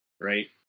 right